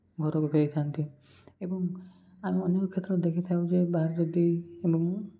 ଘରକୁ ଫେରିଥାନ୍ତି ଏବଂ ଆମେ ଅନ୍ୟ କ୍ଷେତ୍ରରେ ଦେଖିଥାଉ ଯେ ବାହାରେ ଯଦି ଏବଂ